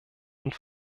und